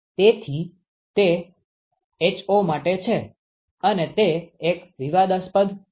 તેથી તે ho માટે છે અને તે એક વિવાદાસ્પદ છે